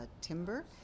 timber